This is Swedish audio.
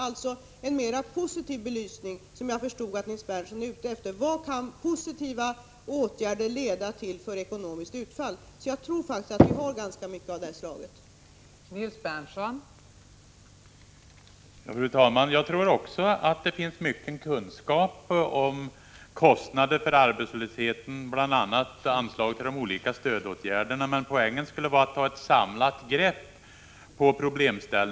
Man belyser sådant som jag förstår att Nils Berndtson är ute efter, dvs. vad positiva åtgärder kan få för ekonomiskt utfall. Så jag tror att det redan finns ganska mycket upplysningar av det här slaget.